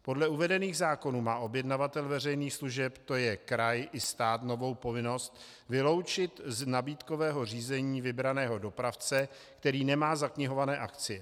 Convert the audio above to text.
Podle uvedených zákonů má objednavatel veřejných služeb, to je kraj i stát, novou povinnost vyloučit z nabídkového řízení vybraného dopravce, který nemá zaknihované akcie.